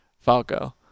falco